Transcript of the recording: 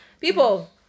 People